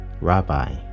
Rabbi